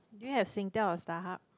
do you have Singtel or StarHub